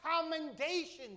commendations